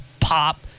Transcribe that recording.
Pop